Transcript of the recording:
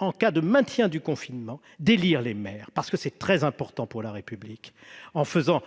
des mesures permettant d'élire les maires, parce que c'est très important pour la République, en recourant